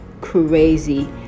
crazy